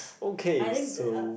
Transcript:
okay so